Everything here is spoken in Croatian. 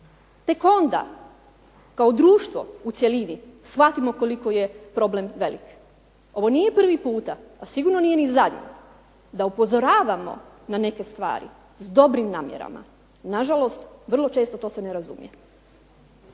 Tek onda kao društvo u cjelini shvatimo koliko je problem velik. Ovo nije prvi puta, a sigurno nije ni zadnji da upozoravamo na neke stvari s dobrim namjerama. Nažalost, vrlo često to se ne razumije.